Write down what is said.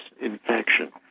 infection